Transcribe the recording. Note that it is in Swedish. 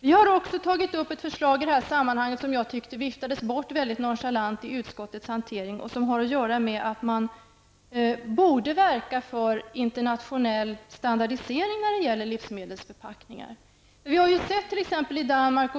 Vi har också tagit upp ett förslag i detta sammanhang som jag tyckte viftades bort mycket nonchalant i utskottets hantering, nämligen att man borde verka för internationell standardisering av livsmedelsförpackningar. Detta har t.ex. tagits upp i Danmark.